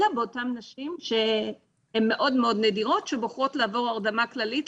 אלא באותן נשים שהן מאוד מאוד נדירות והן בוחרות לעבור הרדמה כללית,